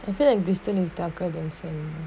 I feel like bristol is darker than the sand